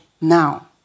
now